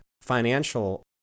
financial